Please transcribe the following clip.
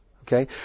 Okay